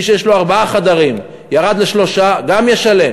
מי שיש לו ארבעה חדרים, ירד לשלושה, גם ישלם.